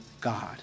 God